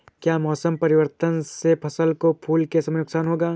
क्या मौसम परिवर्तन से फसल को फूल के समय नुकसान होगा?